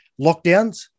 lockdowns